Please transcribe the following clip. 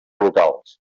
locals